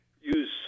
use